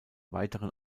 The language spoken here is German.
weiteren